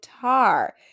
guitar